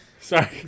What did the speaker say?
Sorry